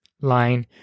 line